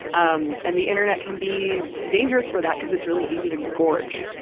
um and the internet can be dangerous for that, because it's really easy to gorge.